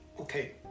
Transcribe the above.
Okay